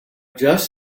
just